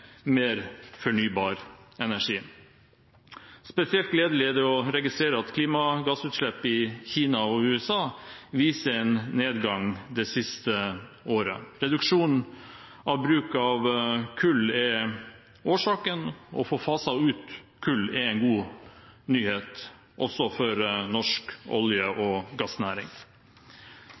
mer fornybar energi. Spesielt gledelig er det å registrere at klimagassutslipp i Kina og USA viser en nedgang det siste året. Reduksjonen i bruk av kull er årsaken. Å få faset ut kull er en god nyhet også for norsk olje- og gassnæring.